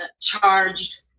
charged